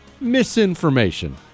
misinformation